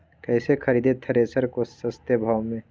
कैसे खरीदे थ्रेसर को सस्ते भाव में?